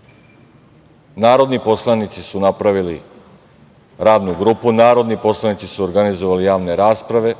zakon. Narodni poslanici su napravili Radnu grupu, narodni poslanici su organizovali javne rasprave,